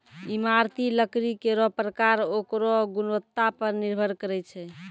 इमारती लकड़ी केरो परकार ओकरो गुणवत्ता पर निर्भर करै छै